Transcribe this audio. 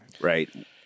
Right